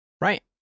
Right